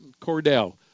Cordell